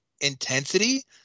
intensity